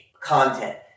content